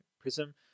prism